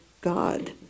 God